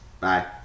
Bye